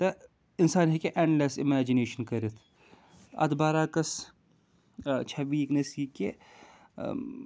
تہٕ اِنسان ہیٚکہِ اٮ۪نٛڈلٮ۪س اِمیجِنیشَن کٔرِتھ اَتھ بَرعکس چھےٚ ویٖکنٮ۪س یہِ کہِ